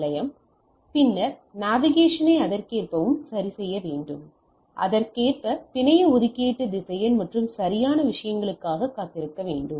நிலையம் பின்னர் NAV ஐ அதற்கேற்ப சரிசெய்யவும் அதற்கேற்ப பிணைய ஒதுக்கீடு திசையன் மற்றும் சரியான விஷயங்களுக்காக காத்திருங்கள்